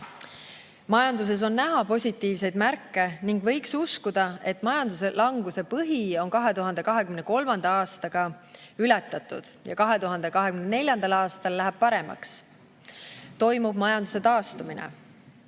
Majanduses on näha positiivseid märke ning võiks uskuda, et majanduslanguse põhi saab 2023. aastaga ületatud ja 2024. aastal läheb paremaks, majandus taastub.